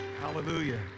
Hallelujah